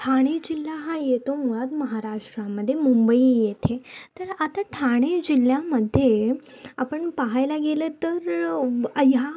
ठाणे जिल्हा हा येतो मुळात महाराष्ट्रामध्ये मुंबई येथे तर आता ठाणे जिल्ह्यामध्ये आपण पाहायला गेलं तर अई ह्या